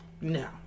no